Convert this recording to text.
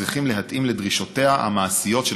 צריכים להתאים לדרישותיה המעשיות של